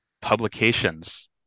publications